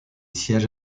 siège